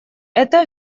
это